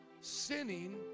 sinning